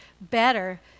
better